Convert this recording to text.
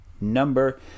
number